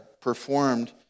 performed